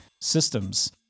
systems